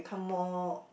more